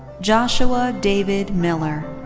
joshua david miller.